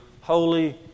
holy